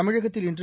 தமிழகத்தில் இன்று